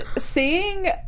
seeing